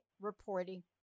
reporting